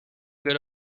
good